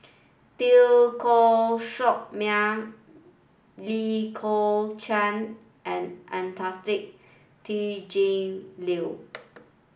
Teo Koh Sock Miang Lee Kong Chian and Anastasia T J Liew